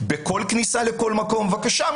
בכל כניסה לכל מקום - בבקשה,